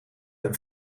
een